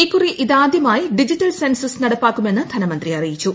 ഇക്കുറി ഇതാദൃമായി digital census നടപ്പാക്കുമെന്ന് ധനമന്ത്രി അറിയിച്ചു